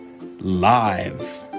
live